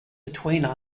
between